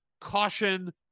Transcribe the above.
caution